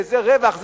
שזה רווח,